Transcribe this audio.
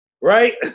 right